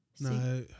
No